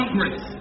Congress